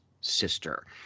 sister